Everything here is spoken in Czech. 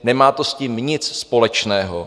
Nemá to s tím nic společného.